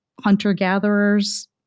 hunter-gatherers